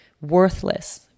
worthless